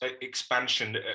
expansion